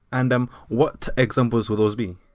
and um what examples would those be?